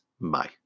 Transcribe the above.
Bye